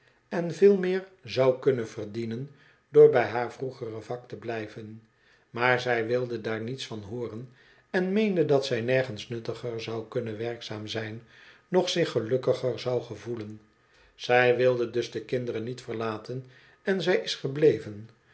en veel meer zou kunnen verdienen door bh haar vroegere vak te blijven maar zij wilde daar niets van hooren en meende dat zij nergens nuttiger zou kunnen werkzaam zijn noch zich gelukkiger zou gevoelen zij wilde dus de kinderen niet verlaten en zij is gebleven